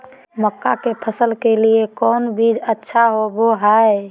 मक्का के फसल के लिए कौन बीज अच्छा होबो हाय?